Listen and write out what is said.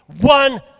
One